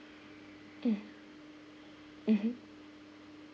mm mmhmm